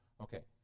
Okay